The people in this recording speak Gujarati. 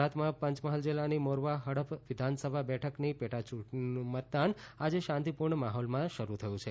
ગુજરાતમાં પંચમહાલ જિલ્લાની મોરવા હડફ વિધાનસભા બેઠકની પેટા ચૂંટણીનું મતદાન આજે શાંતિપૂર્ણ માહોલમાં શરૂ થયું છે